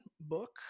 book